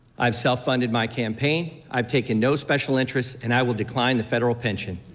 i've self-funded my campaign. i've taken no special interest and i will decline the federal pension.